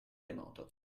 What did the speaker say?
remoto